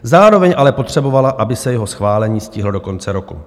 Zároveň ale potřebovala, aby se jeho schválení stihlo do konce roku.